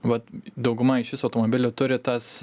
vat dauguma išvis automobilių turi tas